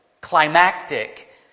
climactic